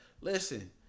Listen